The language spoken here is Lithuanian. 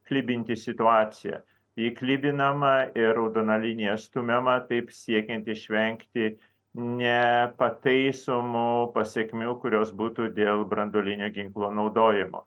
klibinti situaciją ji klibinama ir raudona linija stumiama taip siekiant išvengti nepataisomų pasekmių kurios būtų dėl branduolinio ginklo naudojimo